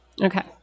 Okay